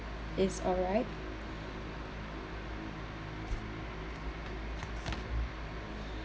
is alright